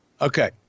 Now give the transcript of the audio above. Okay